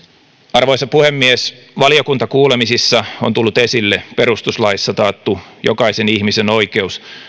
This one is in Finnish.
arvoisa puhemies valiokuntakuulemisissa on tullut esille perustuslaissa taattu jokaisen ihmisen oikeus